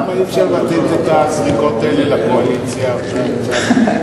למה אי-אפשר לתת את הזריקות האלה לקואליציה עכשיו,